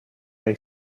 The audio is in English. way